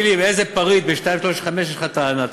אז תגיד לי באיזה פריט ב-2365 יש לך טענה,